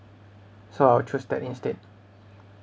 so I will choose that instead